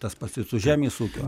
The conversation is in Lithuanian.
tas pats ir su žemės ūkiu